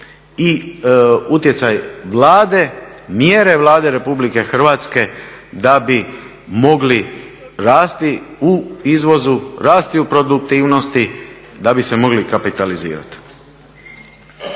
i utjecaj Vlade, mjere Vlade RH da bi mogli rasti u izvozu, rasti u produktivnosti, da bi se mogli kapitalizirati.